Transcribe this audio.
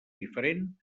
diferent